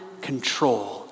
control